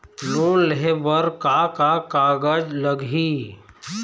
Loan लेहे बर का का कागज लगही?